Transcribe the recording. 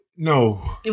No